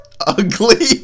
ugly